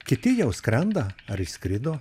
kiti jau skrenda ar išskrido